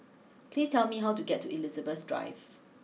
please tell me how to get to Elizabeth Drive